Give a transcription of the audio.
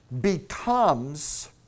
becomes